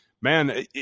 man